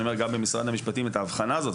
אני אומר גם למשרד המשפטים את ההבחנה הזאת.